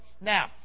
Now